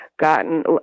gotten